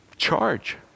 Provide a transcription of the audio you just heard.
charge